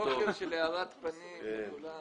בוקר של הארת פנים לכולם.